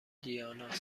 دیاناست